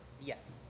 yes